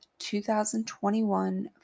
2021